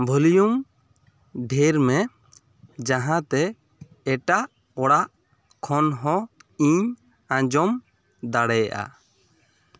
volume ᱰᱷᱮᱨ ᱢᱮ ᱡᱟᱦᱟᱸ ᱛᱮ ᱮᱴᱟᱜ ᱚᱲᱟᱜ ᱠᱷᱚᱱ ᱦᱚᱸ ᱤᱧ ᱟᱸᱡᱚᱢ ᱫᱟᱲᱮᱭᱟᱜᱼᱟ